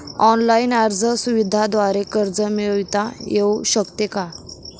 Online अर्ज सुविधांद्वारे कर्ज मिळविता येऊ शकते का?